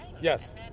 Yes